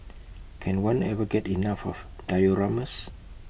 can one ever get enough of dioramas